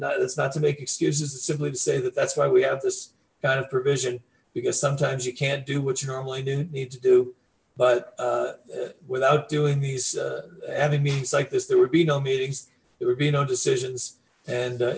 that's not to make excuses it's simply to say that that's why we have this kind of provision because sometimes you can't do what you normally do need to do but without doing these having means like this there would be no meetings there would be no decisions and